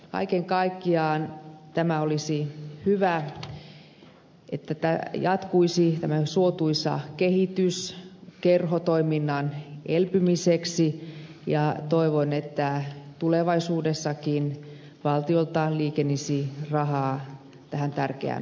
kaiken kaikkiaan olisi hyvä että tämä suotuisa kehitys kerhotoiminnan elpymiseksi jatkuisi ja toivon että tulevaisuudessakin valtiolta liikenisi rahaa tähän tärkeään toimintaan